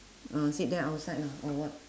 mm sit there outside lah or what